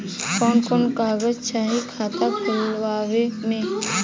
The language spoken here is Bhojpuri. कवन कवन कागज चाही खाता खोलवावे मै?